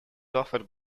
offered